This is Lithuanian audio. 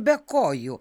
be kojų